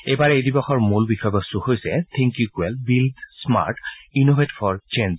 এইবাৰ এই দিৱসৰ মূল বিষয়বস্তু হৈছে think equal build smart innovate for change